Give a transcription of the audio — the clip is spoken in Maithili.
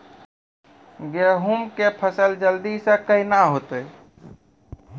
गेहूँ के फसल जल्दी से के ना होते?